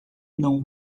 não